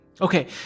Okay